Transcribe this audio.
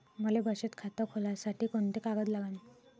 मले बचत खातं खोलासाठी कोंते कागद लागन?